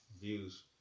views